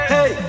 Hey